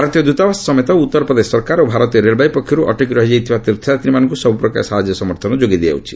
ଭାରତୀୟ ଦୂତାବାସ ସମେତ ଉତ୍ତର ପ୍ରଦେଶ ସରକାର ଓ ଭାରତୀୟ ରେଳବାଇ ପକ୍ଷରୁ ଅଟକି ରହିଯାଇଥିବା ତୀର୍ଥଯାତ୍ରୀମାନଙ୍କୁ ସବୁ ପ୍ରକାର ସାହାଯ୍ୟ ସମର୍ଥନ ଯୋଗାଇ ଦିଆଯାଉଛି